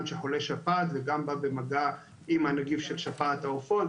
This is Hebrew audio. שחולה שפעת וגם בא במגע עם הנגיף של שפעת העופות,